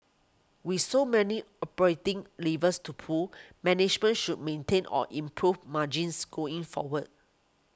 with so many operating levers to pull management should maintain or improve margins going forward